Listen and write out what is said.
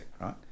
Right